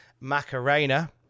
Macarena